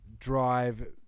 Drive